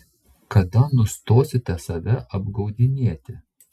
kada nustosite save apgaudinėti